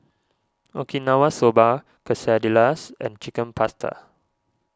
Okinawa Soba Quesadillas and Chicken Pasta